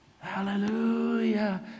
hallelujah